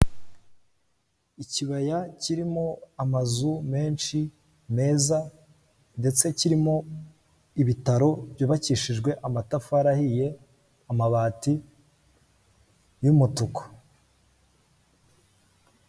Ikibaya kirimo amazu menshi meza ndetse kirimo ibitaro byubakishijwe amatafari ahiye amabati y'umutuku.